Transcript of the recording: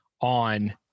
on